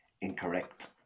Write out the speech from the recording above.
Incorrect